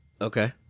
Okay